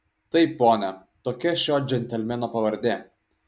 taip pone tokia šio džentelmeno pavardė